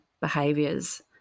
behaviors